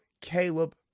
Caleb